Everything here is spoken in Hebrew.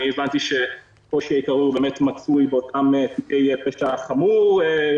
הבנתי --- מצוי --- פשע חמור,